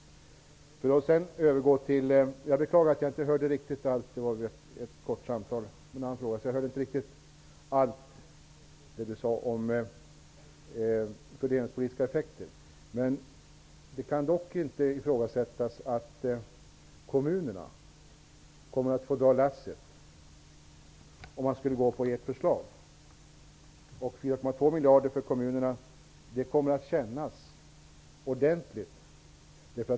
Jag hade här ett kort samtal om en annan fråga, så jag hörde inte riktigt allt det Anita Johansson sade om fördelningspolitiska effekter. Jag beklagar det. Det kan dock inte ifrågasättas att kommunerna kommer att få dra lasset om man går på ert förslag. miljarder kommer att kännas ordentligt.